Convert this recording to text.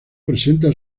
presenta